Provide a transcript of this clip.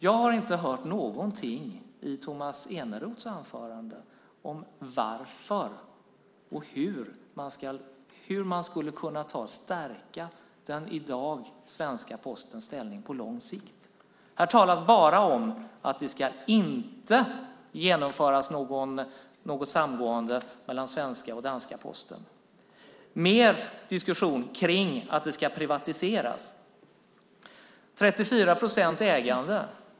Jag har inte hört någonting i Tomas Eneroths anförande om varför och hur man skulle kunna stärka den i dag svenska Postens ställning på lång sikt. Här talas bara om att det inte ska genomföras något samgående mellan svenska och danska Posten, med diskussion kring att det ska privatiseras. 34 procents ägande?